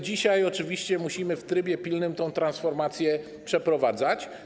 Dzisiaj oczywiście musimy w trybie pilnym tę transformację przeprowadzać.